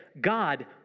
God